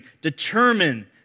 determine